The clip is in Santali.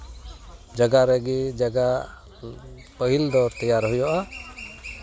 ᱡᱟᱭᱜᱟ ᱨᱮᱜᱮ ᱡᱟᱭᱜᱟ ᱯᱟᱹᱦᱤᱞ ᱫᱚ ᱛᱮᱭᱟᱨ ᱦᱩᱭᱩᱜᱼᱟ